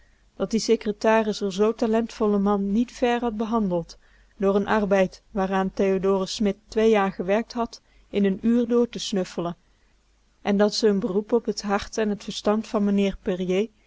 dat die secretaris r zoo talentvollen man niet fair had behandeld door n arbeid waaraan théod smit twee jaar gewerkt had in n uur door te snuffelen en dat ze n beroep op t hart en t verstand van mijnheer périer